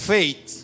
Faith